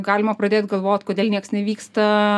galima pradėt galvot kodėl nieks nevyksta